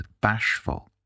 bashful